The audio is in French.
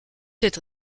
être